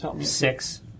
Six